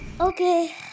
Okay